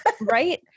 right